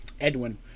Edwin